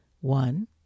One